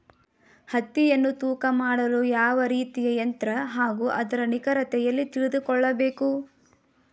ಹತ್ತಿಯನ್ನು ತೂಕ ಮಾಡಲು ಯಾವ ರೀತಿಯ ಯಂತ್ರ ಹಾಗೂ ಅದರ ನಿಖರತೆ ಎಲ್ಲಿ ತಿಳಿದುಕೊಳ್ಳಬೇಕು?